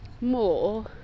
more